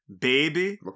Baby